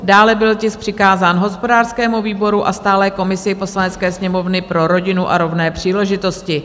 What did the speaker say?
Dále byl tisk přikázán hospodářskému výboru a stálé komisi Poslanecké sněmovny pro rodinu a rovné příležitosti.